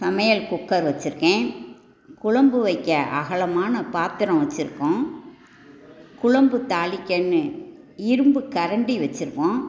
சமையல் குக்கர் வச்சுருக்கேன் குழம்பு வைக்க அகலமான பாத்திரம் வச்சுருக்கோம் குழம்பு தாளிக்கண்ணு இரும்புக் கரண்டி வச்சுருக்கோம்